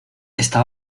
esta